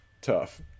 tough